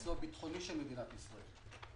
לייצוא הביטחוני של מדינת ישראל.